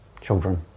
children